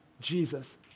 Jesus